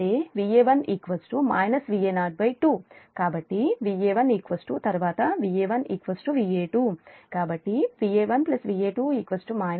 కాబట్టి Va1 తర్వాత Va1Va2 కాబట్టి Va1Va2 Va02 ఇది సమీకరణం-